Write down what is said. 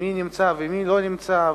מי נמצא ומי לא נמצא,